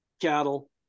cattle